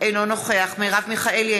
אינו נוכח מרב מיכאלי,